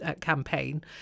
Campaign